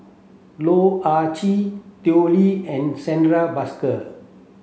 Loh Ah Chee Tao Li and Santha Bhaskar